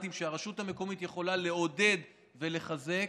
רלוונטיים שהרשות המקומית יכולה לעודד ולחזק.